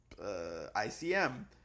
ICM